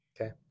Okay